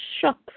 shock